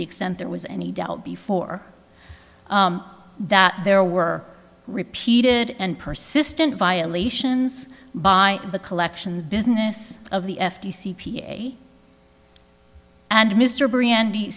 the extent there was any doubt before that there were repeated and persistent violations by the collection business of the f t c and mr brandy